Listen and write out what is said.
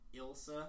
Ilsa